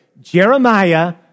Jeremiah